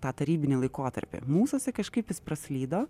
tą tarybinį laikotarpį mūsuose kažkaip praslydo